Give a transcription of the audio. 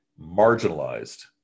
marginalized